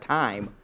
time